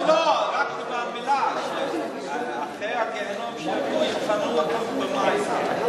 לא לא, רק מלה, אחרי הגיהינום, כבוד השר.